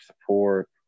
support